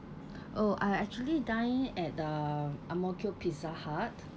oh I actually dined at the Ang Mo Kio pizza hut